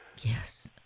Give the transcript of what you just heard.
Yes